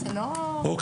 זה לא --- אוקיי.